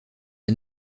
est